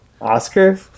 Oscar